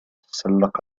تسلق